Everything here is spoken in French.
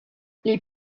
les